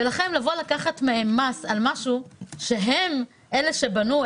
ולכן לקחת מהם מס על משהו שהם אלה שבנו,